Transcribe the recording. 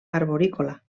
arborícola